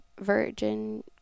virgin